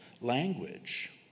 language